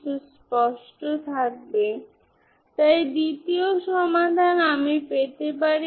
সুতরাং আপনি এই ধরনের অভিব্যক্তি থাকতে পারে